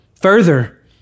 Further